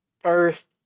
first